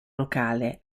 locale